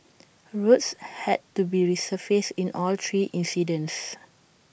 roads had to be resurfaced in all three incidents